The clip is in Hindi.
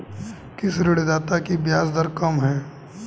किस ऋणदाता की ब्याज दर कम है?